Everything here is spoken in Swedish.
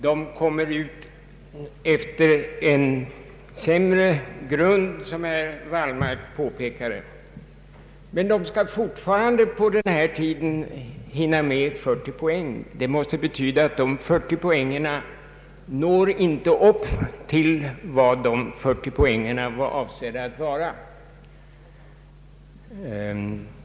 De har en sämre grund, som herr Wallmark påpekade, men de skall fortfarande på den föreskrivna tiden hinna med 40 poäng. Det måste betyda att dessa 40 poäng inte når upp till vad de var avsedda att vara.